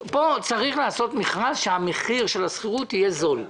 פה צריך לעשות מכרז שבו המחיר של השכירות יהיה זול.